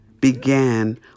began